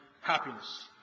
happiness